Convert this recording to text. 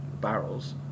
barrels